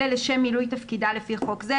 אלא לשם מילוי תפקידה לפי חוק זה,